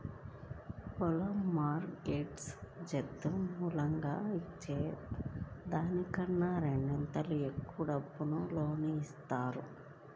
పొలం mortgage జేత్తే మాములుగా ఇచ్చే దానికన్నా రెండింతలు ఎక్కువ డబ్బులు లోను ఇత్తారు